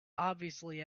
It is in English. obviously